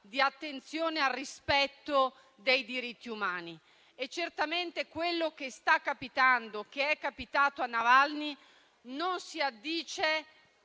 di attenzione al rispetto dei diritti umani e certamente quello che sta capitando e che è capitato a Navalny non si addice